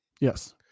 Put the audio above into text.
Yes